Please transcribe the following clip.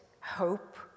hope